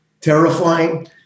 terrifying